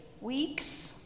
weeks